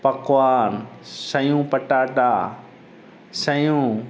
पकवान सयूं पटाटा सयूं